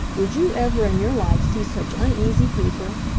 did you ever in your life see such uneasy people?